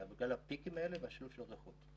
אלא בגלל הפיקים האלה והשילוב של הריחות.